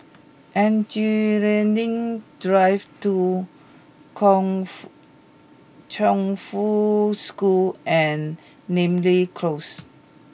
Engineering Drive two Kung Fu Chongfu School and Namly Close